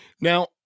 Now